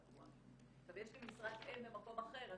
יש לי משרת אם במקום אחר,